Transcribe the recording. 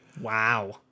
Wow